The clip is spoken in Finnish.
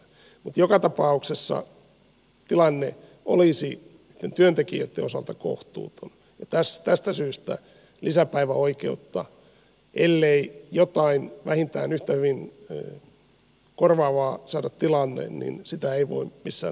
joka tapauksessa tilanne olisi työntekijöitten osalta kohtuuton ja tästä syystä lisäpäiväoikeuden poistoa ellei jotain vähintään yhtä hyvin korvaavaa saada tilalle ei voi missään tapauksessa hyväksyä